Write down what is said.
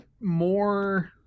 more